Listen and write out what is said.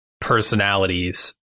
personalities